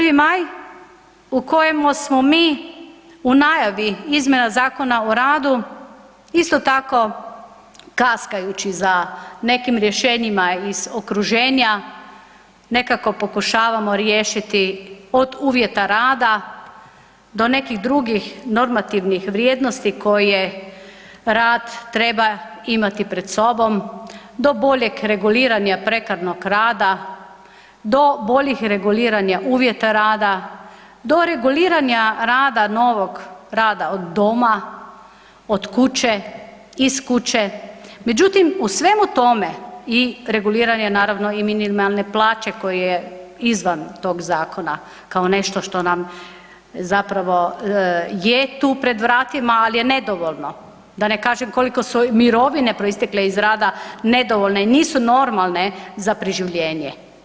Prvi maj u kojemu smo mi u najavi izmjena Zakona o radu, isto tako kaskajući za nekim rješenjima iz okruženja, nekako pokušavamo riješiti od uvjeta rada do nekih drugih normativnih vrijednosti koje rad treba imati pred sobom, do boljeg reguliranja prekarnog rada, do boljih reguliranja uvjeta rada, do reguliranja rada novog rada od doma, od kuće, iz kuće, međutim u svemu tome i reguliranja naravno i minimalne plaće koja je izvan tog zakona kao nešto što nam zapravo je tu pred vratima, ali ne nedovoljno, da ne kažem koliko su mirovine proistekle iz rada nedovoljne i nisu normalne za preživljenje.